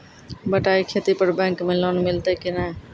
बटाई खेती पर बैंक मे लोन मिलतै कि नैय?